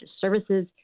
services